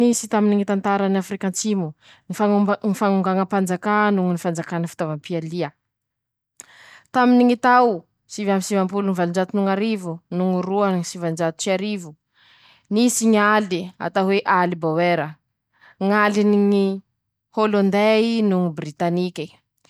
Nisy taminy ñy tantarany Afrika antsimo: ñy fañomb fañonganampanjakà, noho ñy fanjakany fitaovampialia5,taminy ñy tao sivy amby sivampolo noho valonjato no ñ'arivo noho roa sivanjato ts'iarivo, nisy ñy aly atao hoe baoera, ñ'aliny Olôndey noho ñy Britanike.